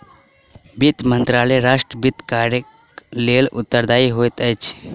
वित्त मंत्रालय राष्ट्र वित्त कार्यक लेल उत्तरदायी होइत अछि